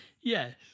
Yes